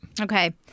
Okay